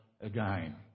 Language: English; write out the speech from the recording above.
again